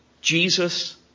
Jesus